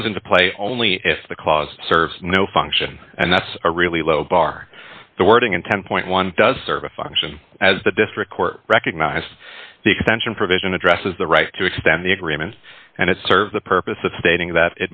comes into play only if the clause serves no function and that's a really low bar the wording and ten dollars does serve a function as the district court recognized the extension provision addresses the right to extend the agreement and it serves the purpose of stating that